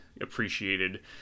appreciated